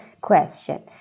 question